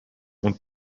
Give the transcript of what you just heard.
und